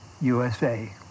USA